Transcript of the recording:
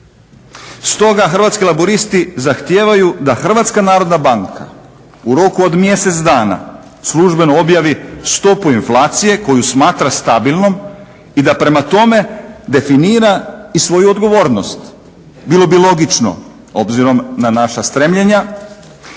Stoga Hrvatski laburisti zahtijevaju da HNB u roku od mjesec dana službeno objavi stopu inflacije koju smatra stabilnom i da prema tome definira i svoju odgovornost. Bilo bi logično obzirom na naša stremljenja